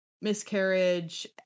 miscarriage